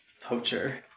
poacher